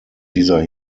dieser